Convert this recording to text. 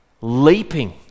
leaping